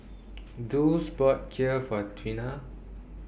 Dulce bought Kheer For Trena